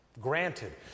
Granted